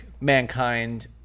Mankind